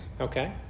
okay